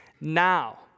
now